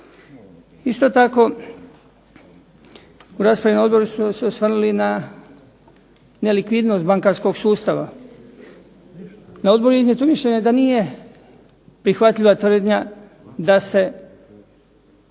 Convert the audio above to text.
Isto tako, u raspravi na odboru smo se osvrnuli na nelikvidnost bankarskog sustava. Na odboru je iznijeto mišljenje da nije prihvatljiva tvrdnja da se